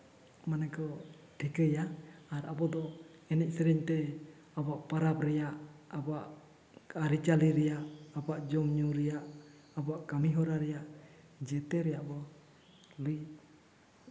ᱢᱟᱱᱮ ᱠᱚ ᱴᱷᱤᱠᱟᱹᱭᱟ ᱟᱨ ᱟᱵᱚ ᱫᱚ ᱮᱱᱮᱡ ᱥᱮᱨᱮᱧ ᱛᱮ ᱟᱵᱚᱣᱟᱜ ᱯᱚᱨᱚᱵᱽ ᱨᱮᱭᱟᱜ ᱟᱵᱚᱣᱟᱜ ᱟᱹᱨᱤᱪᱟᱹᱞᱤ ᱨᱮᱭᱟᱜ ᱟᱵᱚᱣᱟᱜ ᱡᱚᱢᱼᱧᱩ ᱨᱮᱭᱟᱜ ᱟᱵᱚᱣᱟᱜ ᱠᱟᱹᱢᱤᱦᱚᱨᱟ ᱨᱮᱭᱟᱜ ᱡᱚᱛᱚ ᱨᱮᱭᱟᱜ ᱵᱚᱱ ᱞᱟᱹᱭ